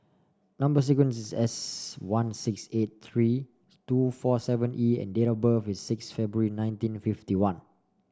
number sequence is S one six eight three two four seven E and date of birth is six February nineteen fifty one